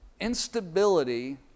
instability